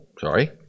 sorry